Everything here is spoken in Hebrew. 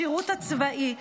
בשירות הצבאי,